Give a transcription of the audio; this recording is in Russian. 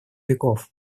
веков